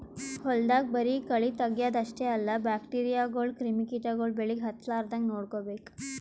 ಹೊಲ್ದಾಗ ಬರಿ ಕಳಿ ತಗ್ಯಾದ್ ಅಷ್ಟೇ ಅಲ್ಲ ಬ್ಯಾಕ್ಟೀರಿಯಾಗೋಳು ಕ್ರಿಮಿ ಕಿಟಗೊಳು ಬೆಳಿಗ್ ಹತ್ತಲಾರದಂಗ್ ನೋಡ್ಕೋಬೇಕ್